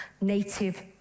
native